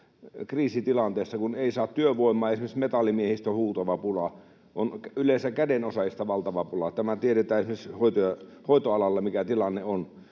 kriisitilanteessa, kun ei saa työvoimaa. Esimerkiksi metallimiehistä on huutava pula, ja on yleensä kädenosaajista valtava pula. Tämä tiedetään esimerkiksi hoitoalalla, mikä tilanne on.